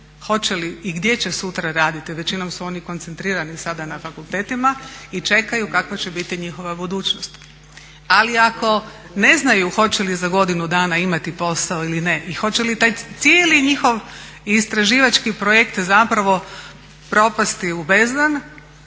hoće li i gdje će sutra raditi, većinom su oni koncentrirani sada na fakultetima i čekaju kakva će biti njihova budućnost, ali ako ne znaju hoće li za godinu dana imati posao ili ne i hoće li taj cijeli njihov istraživački projekt zapravo propasti u bezdan